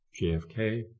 JFK